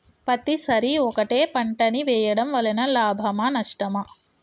పత్తి సరి ఒకటే పంట ని వేయడం వలన లాభమా నష్టమా?